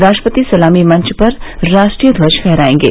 राष्ट्रपति सलामी मंच पर राष्ट्रीय ध्वज फहरायेंगे